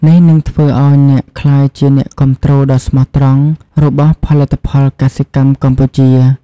នេះនឹងធ្វើឱ្យអ្នកក្លាយជាអ្នកគាំទ្រដ៏ស្មោះត្រង់របស់ផលិតផលកសិកម្មកម្ពុជា។